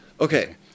Okay